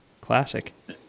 classic